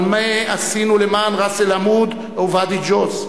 אבל מה עשינו למען ראס-אל-עמוד או ואדי-ג'וז?